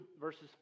verses